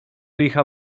licha